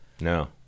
No